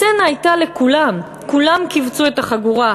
הצנע היה לכולם, כולם כיווצו את החגורה.